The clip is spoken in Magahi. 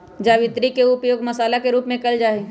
जावित्री के उपयोग मसाला के रूप में कइल जाहई